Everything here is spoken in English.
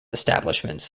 establishments